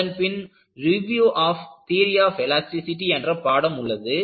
அதன்பின் review of theory of elasticity என்ற பாடம் உள்ளது